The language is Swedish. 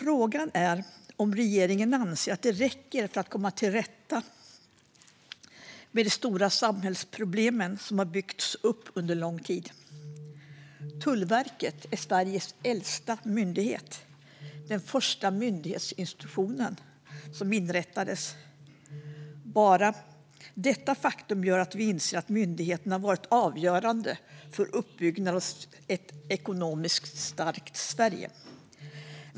Frågan är dock om regeringen anser att det räcker för att komma till rätta med de stora samhällsproblem som har byggts upp under lång tid. Tullverket är Sveriges äldsta myndighet. Det var den första myndigheten som inrättades. Bara detta faktum gör att vi inser att myndigheten har varit avgörande för uppbyggnaden av ett ekonomiskt starkt Sverige.